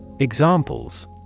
Examples